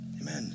Amen